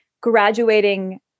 graduating